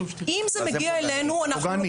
מה זה פוגעני?